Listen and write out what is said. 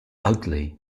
ugly